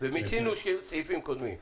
מיצינו סעיפים קודמים.